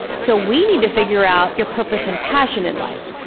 so we need to figure out your purpose and passion in life.